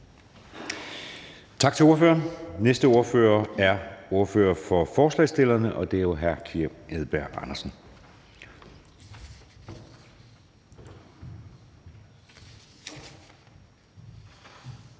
Tak til ordføreren. Næste ordfører er ordføreren for forslagsstillerne, og det er hr. Søren Egge Rasmussen.